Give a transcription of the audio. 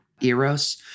Eros